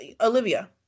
Olivia